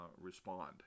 respond